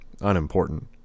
Unimportant